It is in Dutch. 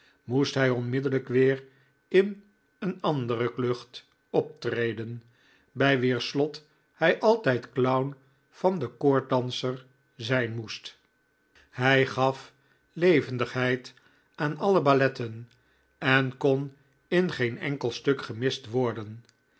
moest hij onmiddellijk weer in eene andere klucht optreden bij wier slot hij altijd clown van den koorddanser zijn moest hij gaf levendigheid aan alle balletten en kon in geen enkel stuk gemist worden